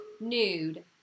nude